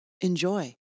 Enjoy